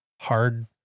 hard